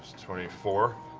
twenty four.